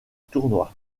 tournoi